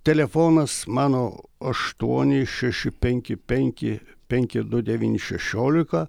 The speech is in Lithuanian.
telefonas mano aštuoni šeši penki penki penki du devyni šešiolika